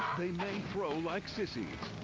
may throw like sissies.